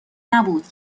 نبود